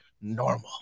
normal